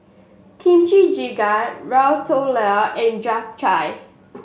Kimchi Jjigae Ratatouille and Japchae